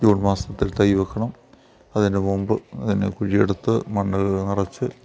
June മാസത്തിൽ തൈ വെക്കണം അതിന് മുമ്പ് അതിന് കുഴി എടുത്ത് മണ്ണ് നിറച്ച്